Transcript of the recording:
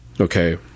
Okay